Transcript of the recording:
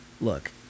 look